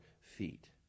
feet